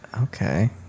Okay